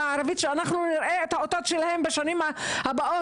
הערבית שאנחנו נראה את האותות שלהן בשנים הבאות,